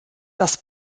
das